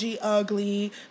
ugly